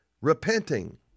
repenting